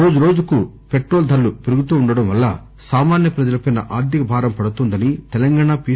రోజురోజుకు పె్రెటోల్ ధరలు పెరుగుతుండడం వల్ల సామాన్య ప్రజలపై ఆర్థిక భారం పడుతోందని తెలంగాణ పి